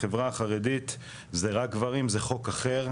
בחברה החרדית זה רק גברים, זה חוק אחר,